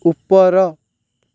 ଉପର